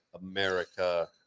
america